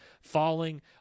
falling